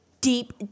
deep